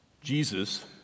Jesus